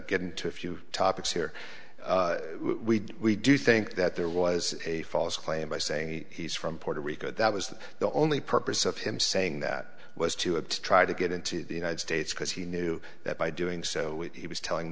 get into a few topics here we do think that there was a false claim by saying he's from puerto rico that was the only purpose of him saying that was to have to try to get into the united states because he knew that by doing so he was telling